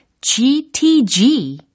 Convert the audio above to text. GTG